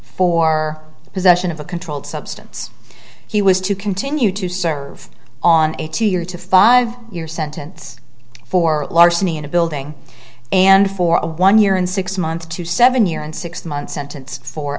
for possession of a controlled substance he was to continue to serve on a two year to five year sentence for larceny in a building and for a one year and six month to seven year and six month sentence for